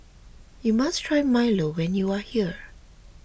you must try Milo when you are here